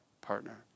partner